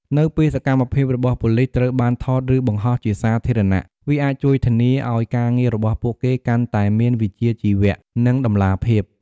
នៅពេល សកម្មភាពរបស់ប៉ូលិស ត្រូវបាន ថត ឬ បង្ហោះជាសាធារណៈ វាអាច ជួយធានា ឱ្យការងាររបស់ពួកគេកាន់តែមាន វិជ្ជាជីវៈ និង តម្លាភាព។